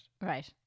Right